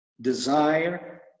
desire